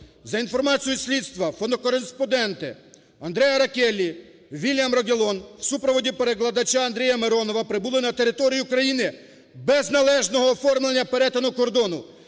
За інформацією слідства, фотокореспонденти Андреа Роккеллі і Вільям Роглон в супроводі перекладача Андрія Миронова прибули на територію України без належного оформлення перетину кордону